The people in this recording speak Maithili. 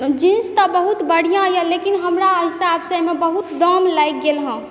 जींस तऽ बहुत बढिऑं यऽ लेकिन हमरा हिसाब से एहिमे बहुत दाम लागि गेल हँ